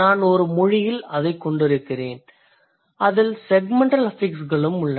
நான் ஒரு மொழியில் அதைக் கொண்டிருக்கிறேன் அதில் செக்மெண்டல் அஃபிக்ஸ்களும் உள்ளன